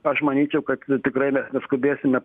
aš manyčiau kad tikrai mes neskubėsime